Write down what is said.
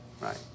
Right